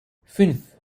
fünf